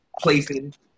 places